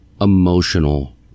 Emotional